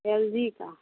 L G का